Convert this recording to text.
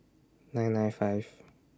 nine nine five